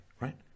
right